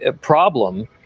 problem